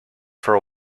for